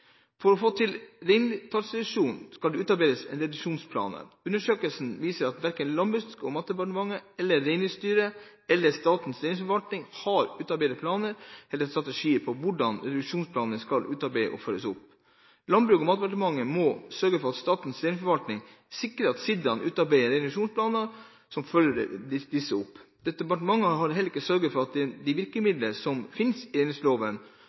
For å få til reintallsreduksjon skal det utarbeides reduksjonsplaner. Undersøkelsen viser at verken Landbruks- og matdepartementet, Reindriftsstyret eller Statens reindriftsforvaltning har utarbeidet planer eller strategier for hvordan reduksjonsplanene skal utarbeides og følges opp. Landbruks- og matdepartementet må sørge for at Statens reindriftsforvaltning sikrer at siidaene utarbeider reduksjonsplaner, og at disse følges opp. Departementet har heller ikke sørget for at de virkemidler som finnes i